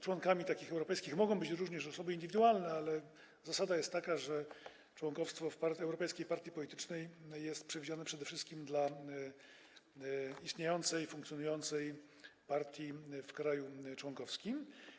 Członkami takich europejskich partii mogą również być osoby indywidualne, ale zasada jest taka, że członkostwo w europejskiej partii politycznej jest przewidziane przede wszystkim dla istniejącej, funkcjonującej partii w kraju członkowskim.